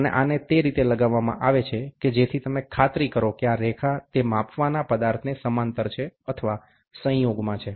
અને આને તે રીતે લગાડવામાં આવે છે કે જેથી તમે ખાતરી કરો કે આ રેખા તે માપવાના પદાર્થને સમાંતર છે અથવા સંયોગમાં છે